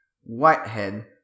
Whitehead